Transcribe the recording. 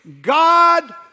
God